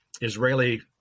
Israeli